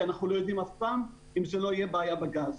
אנחנו לא יודעים אף פעם אם זה לא בעיה בגז.